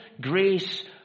grace